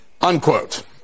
Unquote